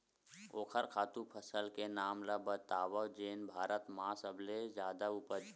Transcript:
ओखर खातु फसल के नाम ला बतावव जेन भारत मा सबले जादा उपज?